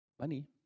money